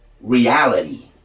reality